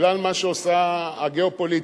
בגלל מה שעושה הגיאו-פוליטיקה.